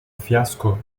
fiasco